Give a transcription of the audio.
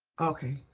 okay.